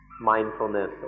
mindfulness